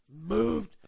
moved